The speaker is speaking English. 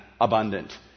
abundant